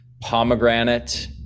Pomegranate